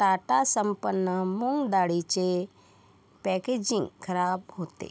टाटा संपन्न मुग डाळीचे पॅकेजिंग खराब होते